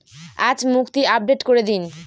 আজ মুক্তি আপডেট করে দিন